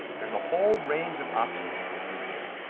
there's a whole range of options you can see here.